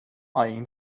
eyeing